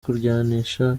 kuryanisha